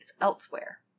elsewhere